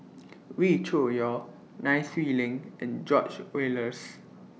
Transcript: Wee Cho Yaw Nai Swee Leng and George Oehlers